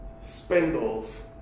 spindles